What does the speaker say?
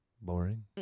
boring